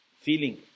feeling